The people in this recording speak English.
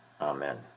amen